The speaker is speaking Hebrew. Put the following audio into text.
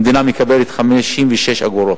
המדינה מקבלת 56 אגורות,